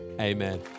Amen